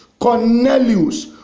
Cornelius